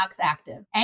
Active